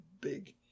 big